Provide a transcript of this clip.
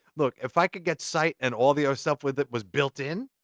look, if i could get sight and all the other stuff with it was built in,